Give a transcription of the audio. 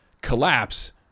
collapse